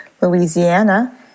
Louisiana